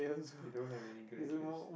they don't have any graduates